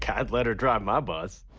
yeah i'd let her drive my bus.